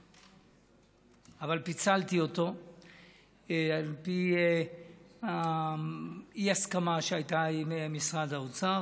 אבל פיצלתי אותו על פי האי-הסכמה שהייתה עם משרד האוצר.